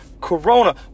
Corona